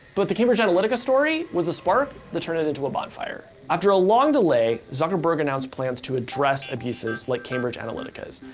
but the cambridge analytica story was the spark that turned it into a bonfire. after a long delay, zuckerberg announced plans to address abuses like cambridge analytica's.